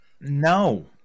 No